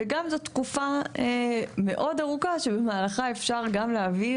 וגם זו תקופה מאוד ארוכה שבמהלכה אפשר גם להעביר